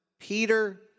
Peter